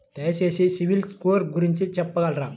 దయచేసి CIBIL score గురించి చెప్పగలరా?